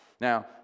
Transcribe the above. Now